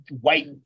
white